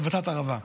חיבוט ערבות.